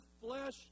flesh